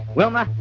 wilma,